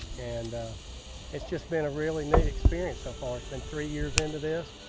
and it's just been a really neat experience so far. it's been three years into this.